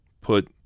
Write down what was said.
put